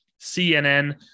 CNN